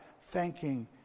thanking